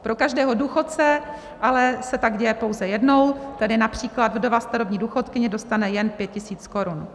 Pro každého důchodce se tak ale děje pouze jednou, tedy například vdova starobní důchodkyně dostane jen 5 tisíc korun.